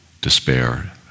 despair